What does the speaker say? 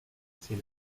sin